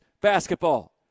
basketball